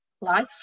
life